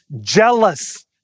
jealous